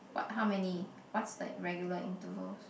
what how many what's the regular intervals